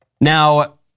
Now